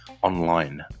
Online